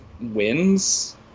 wins